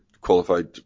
qualified